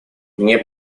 мне